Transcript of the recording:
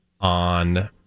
on